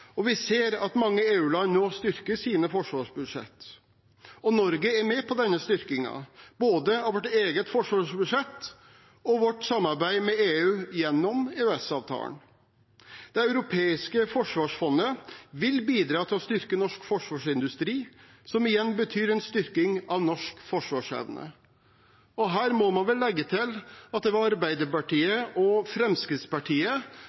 Vi ser at mange EU-land nå styrker sine forsvarsbudsjetter. Norge er med på denne styrkingen av både vårt eget forsvarsbudsjett og vårt samarbeid med EU gjennom EØS-avtalen. Det europeiske forsvarsfondet vil bidra til å styrke norsk forsvarsindustri, som igjen betyr en styrking av norsk forsvarsevne. Og her må man legge til at det var